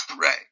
Right